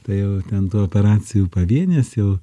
tai jau ten tų operacijų pavienės jau